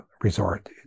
resort